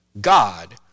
God